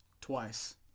twice